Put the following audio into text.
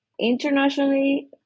Internationally